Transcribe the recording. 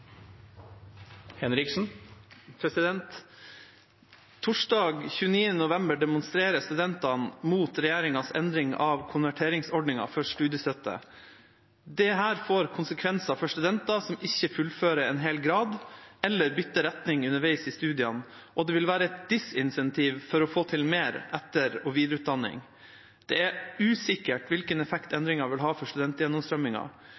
november demonstrerer studentene mot regjeringens endring av konverteringsordningen for studiestøtte. Dette får konsekvenser for studenter som ikke fullfører en hel grad eller bytter retning underveis i studiene, og det vil være et disinsentiv for å få til mer etter- og videreutdanning. Det er usikkert hvilken effekt